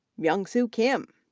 myeongsu kim,